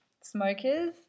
smokers